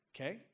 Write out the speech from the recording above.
Okay